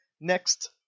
Next